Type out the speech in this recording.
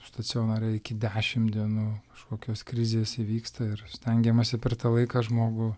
stacionare iki dešim dienų kažkokios krizės įvyksta ir stengiamasi per tą laiką žmogų